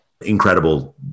incredible